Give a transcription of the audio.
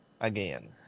Again